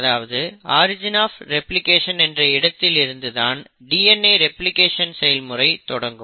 அதாவது origin of replication என்ற இடத்தில் இருந்து தான் DNA ரெப்ளிகேஷன் செயல்முறை தொடங்கும்